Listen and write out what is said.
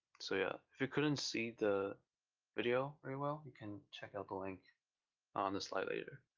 so yeah if you couldn't see the video very well you can check out the link on the slide later.